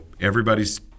everybody's